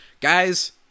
Guys